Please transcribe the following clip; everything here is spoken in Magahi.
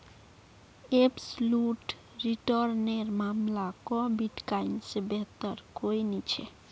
एब्सलूट रिटर्न नेर मामला क बिटकॉइन से बेहतर कोई नी छे